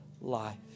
life